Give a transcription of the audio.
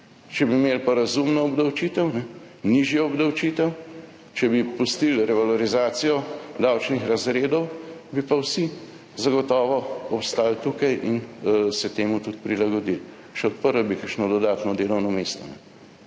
Če bi imeli pa razumno obdavčitev, nižjo obdavčitev, če bi pustili revalorizacijo davčnih razredov, bi pa vsi zagotovo ostali tukaj in se temu tudi prilagodili, še odprli bi kakšno dodatno delovno mesto.